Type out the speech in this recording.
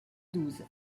douze